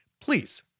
please